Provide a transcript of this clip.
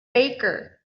baker